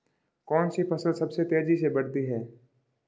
कौनसी फसल सबसे तेज़ी से बढ़ती है?